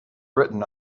written